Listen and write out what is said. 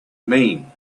mean